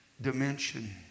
dimension